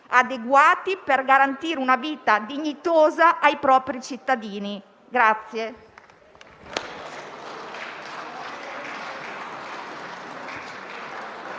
adeguati per garantire una vita dignitosa ai propri cittadini.